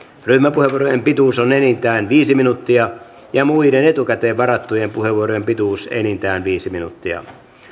ryhmäpuheenvuorojen pituus on enintään viisi minuuttia ja muiden etukäteen varattujen puheenvuorojen pituus enintään viisi minuuttia